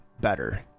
better